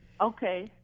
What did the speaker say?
Okay